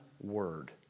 word